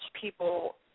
people